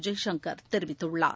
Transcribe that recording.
ஜெய்சங்கர் தெரிவித்துள்ளார்